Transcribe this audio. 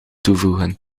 toevoegen